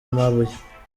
amabuye